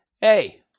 Hey